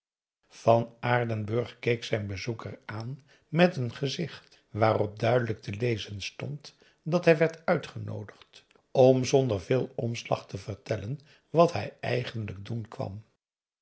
van aardenburg keek zijn bezoeker aan met een gezicht waarop duidelijk te lezen stond dat hij werd uitgenoodigd om zonder veel omslag te vertellen wat hij eigenlijk doen kwam